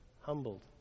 Humbled